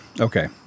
okay